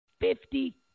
Fifty